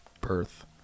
birth